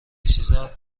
چیزا